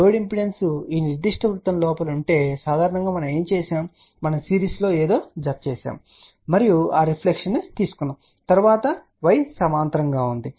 load impedance ఈనిర్దిష్ట వృత్తంలో ఉంటే సాధారణంగా మనము ఏమి చేశాము మనం సిరీస్లో ఏదో జత చేసాము మరియు ఆ రిఫ్లెక్షన్ ను తీసుకున్నాము మరియు తరువాత y సమాంతరంగా ఉంది